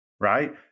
right